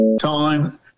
time